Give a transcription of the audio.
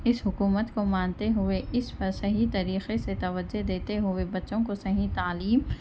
اس حکومت کو مانتے ہوئے اِس پر صحیح طریقے سے توجہ دیتے ہوئے بچوں کو صحیح تعلیم